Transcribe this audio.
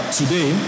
today